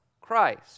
Christ